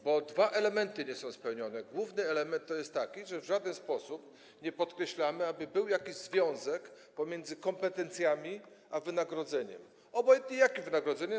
Bo dwa elementy nie są spełnione: główny element to taki, że w żaden sposób nie podkreślamy, że powinien być jakiś związek pomiędzy kompetencjami a wynagrodzeniem, obojętnie jakim wynagrodzeniem.